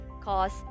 cause